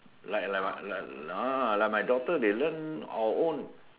like like like like my daughter they learn on their own